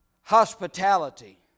hospitality